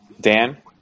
Dan